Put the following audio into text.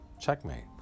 checkmate